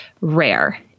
rare